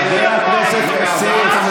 חבר הכנסת כסיף, שב.